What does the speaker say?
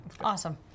awesome